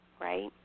right